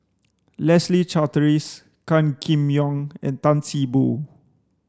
Leslie Charteris Gan Kim Yong and Tan See Boo